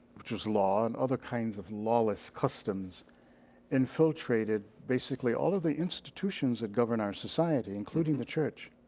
which was law and other kind of lawless customs infiltrated basically all of the institutions that governed our society, including the church.